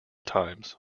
times